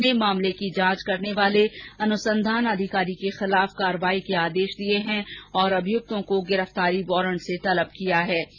court ने मामले की जांच करने वाले अनुसंधान अधिकारी के खिलाफ कार्यवाही के आदेश दिए हैं और अभियुक्तों को गिरफ्तारी वारंट से तलब किया है